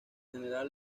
general